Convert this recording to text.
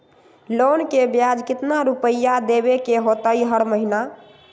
Loan के ब्याज कितना रुपैया देबे के होतइ हर महिना?